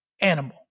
animal